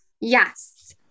Yes